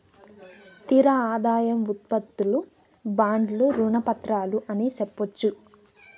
స్థిర ఆదాయం ఉత్పత్తులు బాండ్లు రుణ పత్రాలు అని సెప్పొచ్చు